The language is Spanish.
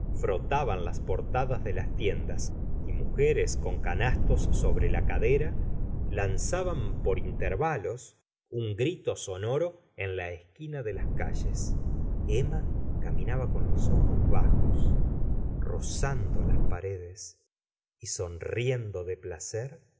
frotaban las portadas de las tiendas y mujeres con canastos sobre la cadera lanzaban por intervalos un grito sonoro en la esquina de las calles emma caminaba con los ojos bajos rozando las paredes y sonriendo de placer